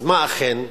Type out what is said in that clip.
אז מה, אכן?